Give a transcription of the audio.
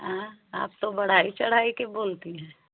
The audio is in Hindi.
आप तो बढ़ाई चढ़ाई के बोलती हैं